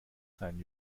seinen